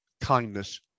kindness